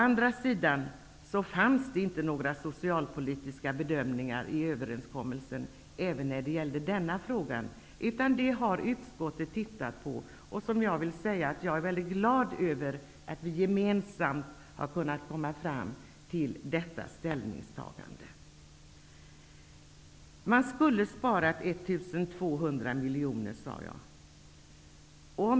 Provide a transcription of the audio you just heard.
Å andra sidan gjordes det inte heller i denna fråga några socialpolitiska bedömningar i överenskommelsen. Utskottet har sett över detta, och jag vill säga att jag är glad över att vi gemensamt har kunnat komma fram till detta ställningstagande. Man skulle ha sparat 1 200 miljoner, sade jag.